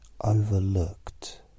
Overlooked